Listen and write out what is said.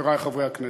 חברי חברי הכנסת,